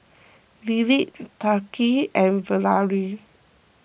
Lillie Tariq and Valery